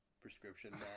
prescription